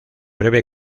breve